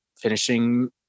finishing